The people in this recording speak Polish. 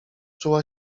czuła